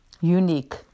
unique